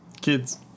Kids